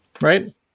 right